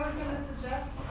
suggest,